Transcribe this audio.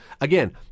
again